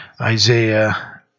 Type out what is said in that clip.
Isaiah